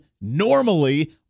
normally